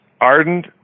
ardent